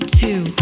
two